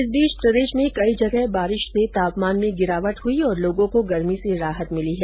इस बीच प्रदेश में कई जगह बारिश से तापमान में गिरावट हुई है और लोगों को गर्मी से राहत मिली है